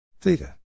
Theta